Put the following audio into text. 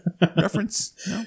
reference